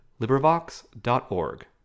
LibriVox.org